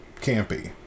campy